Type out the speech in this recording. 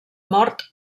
mort